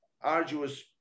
arduous